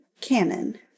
canon